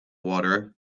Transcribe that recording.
water